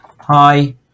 hi